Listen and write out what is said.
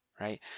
right